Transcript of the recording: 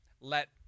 let –